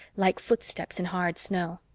like footsteps in hard snow.